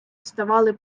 ставали